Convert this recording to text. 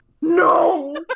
No